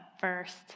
first